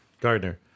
Gardner